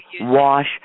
wash